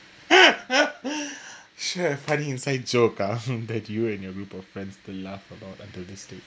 share a funny inside joker ah that you and your group of friends still laugh about until this day